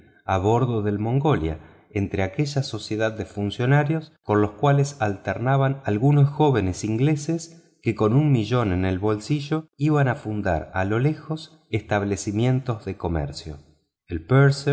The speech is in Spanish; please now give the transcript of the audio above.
a bordo del mongolia entre aquella sociedad de funcionarios con los cuales alternaban algunos jóvenes ingleses que con un millón en el bolsillo iban a fundar a lo lejos establecimientos de comercio el